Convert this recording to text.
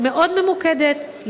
מאוד ממוקדת,